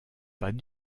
pas